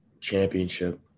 championship